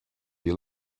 you